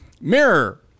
Mirror